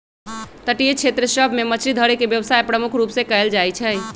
तटीय क्षेत्र सभ में मछरी धरे के व्यवसाय प्रमुख रूप से कएल जाइ छइ